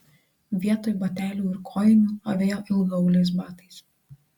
vietoj batelių ir kojinių avėjo ilgaauliais batais